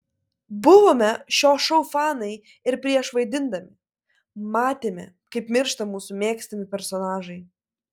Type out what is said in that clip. buvome šio šou fanai ir prieš vaidindami matėme kaip miršta mūsų mėgstami personažai